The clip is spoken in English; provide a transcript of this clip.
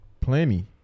plenty